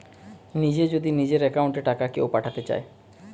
নিজে যদি নিজের একাউন্ট এ টাকা কেও পাঠাতে চায়